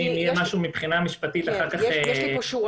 אם יהיה משהו מבחינה משפטית אחר כך --- אוקיי,